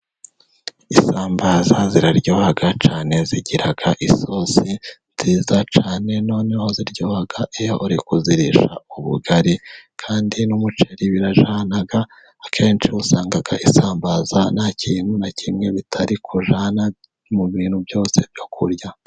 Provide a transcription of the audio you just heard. Isambaza ziraryoha cyane zigira isosi nziza cyane, noneho ziryoha iyo uri kuzirisha ubugari ,kandi n'umuceri birajyana, akenshi usanga isambaza nta kintu na kimwe bitari kujyana mu bintu byose byo kurya.